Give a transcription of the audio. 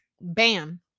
bam